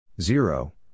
Zero